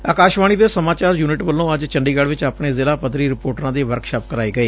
ਆਕਾਸ਼ਵਾਣੀ ਦੇ ਸਮਾਚਾਰ ਯੁਨਿਟ ਵੱਲੋਂ ਅੱਜ ਚੰਡੀਗੜ ਚ ਆਪਣੇ ਜ਼ਿਲਾ ਪੱਧਰੀ ਰਿਪੋਰਟਰਾਂ ਦੀ ਵਰਕਸ਼ਾਪ ਕਰਾਈ ਗਈ